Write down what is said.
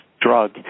drug